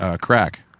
Crack